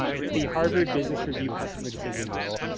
um it's the harvard business review customer decision model.